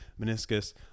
meniscus